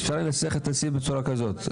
אפשר לנסח את הסעיף בצורה כזאת.